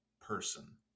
person